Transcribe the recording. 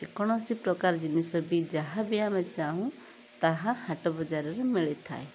ଯେକୌଣସି ପ୍ରକାର ଜିନିଷ ବି ଯାହାବି ଆମେ ଚାହୁଁ ତାହା ହାଟ ବଜାରରେ ମିଳିଥାଏ